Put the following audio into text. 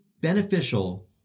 beneficial